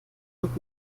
und